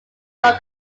law